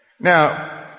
Now